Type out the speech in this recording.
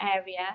area